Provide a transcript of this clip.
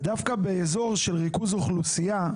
ודווקא באזור של ריכוז אוכלוסייה,